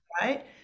right